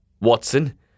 Watson